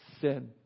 sin